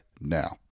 now